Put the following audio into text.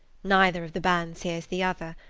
neither of the bands hears the other,